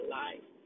life